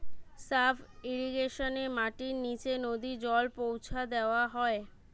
sub ইর্রিগেশনে মাটির নিচে নদী জল পৌঁছা দেওয়া হয়